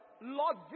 Lord